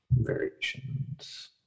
variations